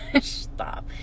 Stop